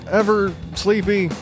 ever-sleepy